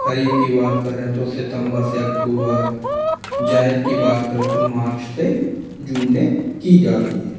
खरीफ की बात करें तो सितंबर से अक्टूबर जायत की बात करें तो मार्च से जून में की जाती है